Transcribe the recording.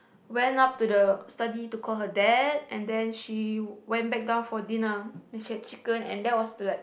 went up to the study to call her dad and then she went back down for dinner and she had chicken and that was the like